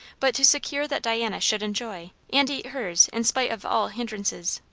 but to secure that diana should enjoy and eat hers in spite of all hindrances.